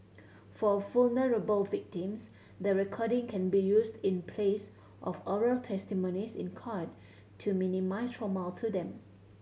for vulnerable victims the recording can be used in place of oral testimonies in court to minimise trauma to them